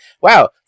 Wow